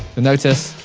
notice,